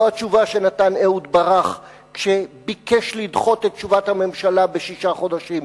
לא התשובה שנתן אהוד ברח כשביקש לדחות את תשובת הממשלה בשישה חודשים.